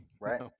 Right